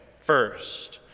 first